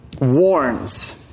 warns